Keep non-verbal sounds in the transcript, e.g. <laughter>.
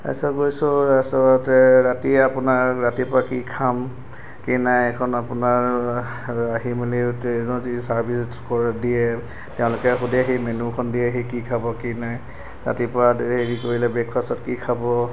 তাৰপিছত গৈছো আৰু তাৰপিছতে ৰাতি আপোনাৰ ৰাতিপুৱা কি খাম কি নাই এইখন আপোনাৰ <unintelligible> ট্ৰেইনত চাৰ্ভিছ কৰে দিয়ে তেওঁলোকে সোধেহি মেনুখন দিয়েহি কি খাব কি নাই ৰাতিপুৱা দেৰি কৰিলে ব্ৰেকফাষ্টত কি খাব